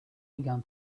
began